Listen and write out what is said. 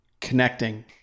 connecting